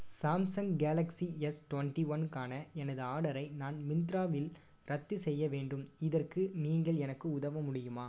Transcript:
Samsung Galaxy S twenty ஒன்க்கான எனது ஆர்டரை நான் மிந்த்ராவில் ரத்து செய்ய வேண்டும் இதற்கு நீங்கள் எனக்கு உதவ முடியுமா